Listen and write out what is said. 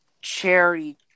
cherry